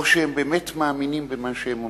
או שהם באמת מאמינים במה שהם אומרים?